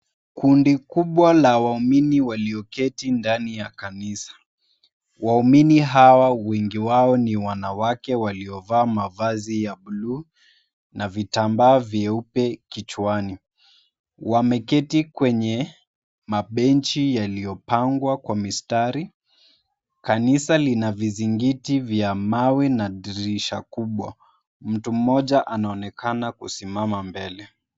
Kundi kubwa la waumini walioketi ndani ya kanisa. Waumini hawa wengi wao ni wanawake waliovaa mavazi ya bluu na vitambaa vyeupe kichwani. Wameketi kweye mabenchi yaliyopangwa kwa mistari. Kanisa lina vizingizi vya mawe na dirisha kubwa. Mtu mmoja anaonekana kusimama mbele.